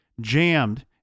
jammed